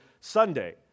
Sunday